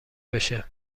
بشه